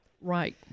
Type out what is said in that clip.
Right